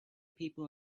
people